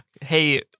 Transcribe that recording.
Hey